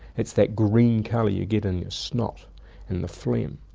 it's that green colour you get in your snot and the phlegm.